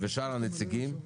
ושאר הנציגים,